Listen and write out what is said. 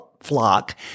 flock